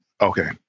Okay